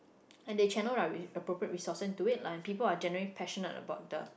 and they channel their appropriate resources into it lah and people are generally passionate about the